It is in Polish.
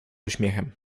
uśmiechem